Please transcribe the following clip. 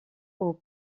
aux